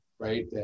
Right